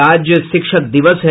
और आज शिक्षक दिवस है